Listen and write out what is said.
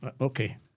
okay